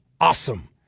awesome